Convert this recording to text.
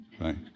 Right